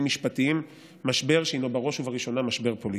משפטיים משבר שהוא בראש ובראשונה משבר פוליטי.